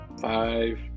five